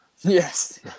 Yes